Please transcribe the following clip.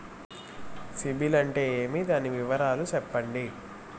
సిబిల్ అంటే ఏమి? దాని వివరాలు సెప్పండి?